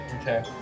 Okay